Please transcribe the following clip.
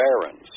Barons